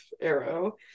arrow